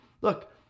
look